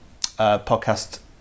podcast